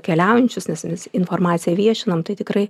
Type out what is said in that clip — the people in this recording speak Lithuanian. keliaujančius nes informaciją viešinam tai tikrai